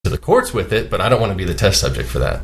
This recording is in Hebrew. אבל אני לא רוצה להיות מושא הניסוי לזה